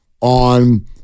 on